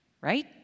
right